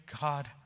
God